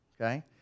okay